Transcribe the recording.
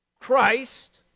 Christ